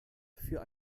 für